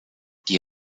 die